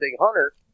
hunter